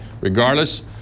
regardless